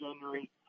January